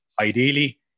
ideally